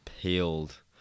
peeled